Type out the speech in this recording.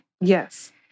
Yes